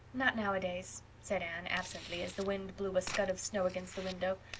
not nowadays, said anne, absently, as the wind blew a scud of snow against the window.